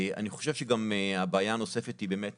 אני חושב שגם בעיה נוספת היא באמת